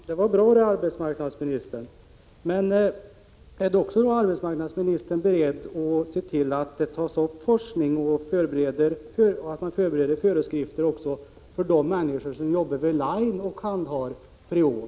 Fru talman! Det var bra, arbetsmarknadsministern! Men är då arbetsmarknadsministern också beredd att se till att forskning kommer till stånd och att föreskrifter förbereds även för de människor som jobbar vid ”line” och som handhar freon?